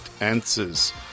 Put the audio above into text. answers